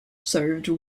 served